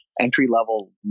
entry-level